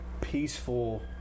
peaceful